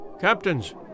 captains